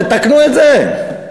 תתקנו את זה.